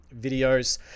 videos